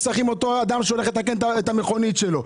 אדם שהולך לתקן את המכונית במוסך,